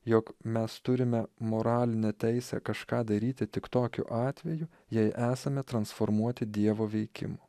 jog mes turime moralinę teisę kažką daryti tik tokiu atveju jei esame transformuoti dievo veikimo